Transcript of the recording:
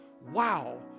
Wow